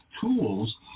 tools